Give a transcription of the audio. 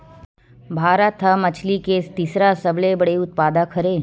भारत हा मछरी के तीसरा सबले बड़े उत्पादक हरे